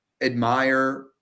Admire